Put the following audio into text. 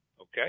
okay